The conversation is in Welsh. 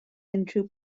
unrhyw